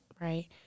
right